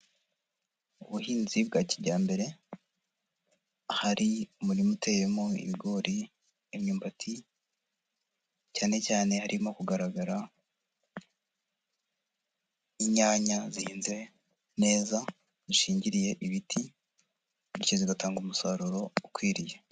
Ubuhinzi bwa kijyambere, ahari umurima uteyemo ibigori, imyumbati cyane cyane harimo kugaragara inyanya zihinze neza, zishingiriye ibiti bityo zigatanga umusaruro ukwiriye.